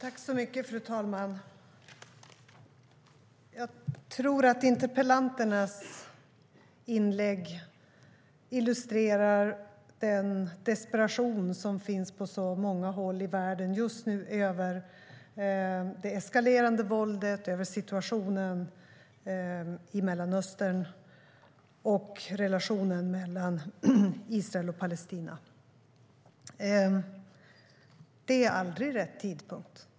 Fru talman! Jag tror att interpellanternas inlägg illustrerar den desperation som just nu finns på många håll i världen över det eskalerande våldet, situationen i Mellanöstern och relationen mellan Israel och Palestina.Det är aldrig rätt tidpunkt.